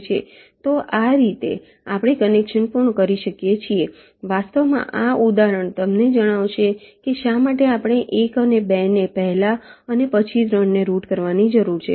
તો આ રીતે આપણે કનેક્શન પૂર્ણ કરી શકીએ છીએ વાસ્તવમાં આ ઉદાહરણ તમને જણાવશે કે શા માટે આપણે 1 અને 2 ને પહેલા અને પછી 3 ને રૂટ કરવાની જરૂર છે